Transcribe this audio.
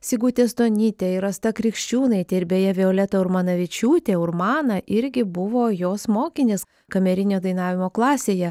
sigutė stonytė ir asta krikščiūnaitė ir beje violeta urmanavičiūtė urmana irgi buvo jos mokinės kamerinio dainavimo klasėje